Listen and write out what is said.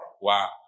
Wow